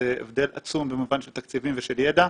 זה הבדל עצום במובן של תקציבים ושל ידע.